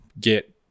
get